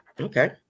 okay